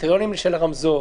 הקריטריונים של הרמזור.